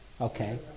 Okay